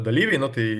dalyviai na tai